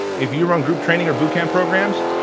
if you run group training or boot camp programs